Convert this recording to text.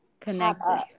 connected